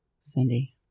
Cindy